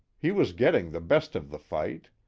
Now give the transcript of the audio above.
he was getting the best of the fight.